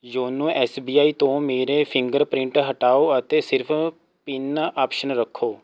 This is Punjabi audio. ਯੋਨੋ ਐੱਸ ਬੀ ਆਈ ਤੋਂ ਮੇਰੇ ਫਿੰਗਰ ਪ੍ਰਿੰਟ ਹਟਾਓ ਅਤੇ ਸਿਰਫ਼ ਪਿੰਨ ਆਪਸ਼ਨ ਰੱਖੋ